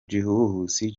gihuhusi